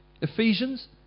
Ephesians